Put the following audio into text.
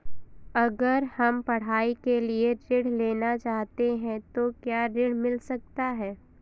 अगर हम पढ़ाई के लिए ऋण लेना चाहते हैं तो क्या ऋण मिल सकता है?